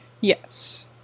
Yes